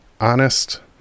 honest